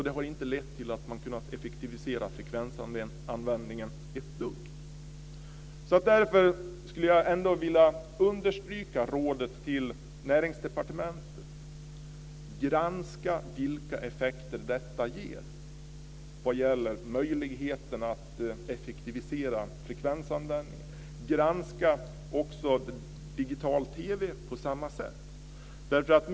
Det har inte lett till att man har kunnat effektivisera frekvensanvändningen ett dugg. Därför skulle jag vilja understryka rådet till Näringsdepartementet: Granska vilka effekter detta ger vad gäller möjligheten att effektivisera frekvensanvändningen! Granska också digital-TV på samma sätt!